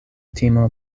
timo